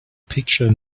picture